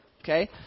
okay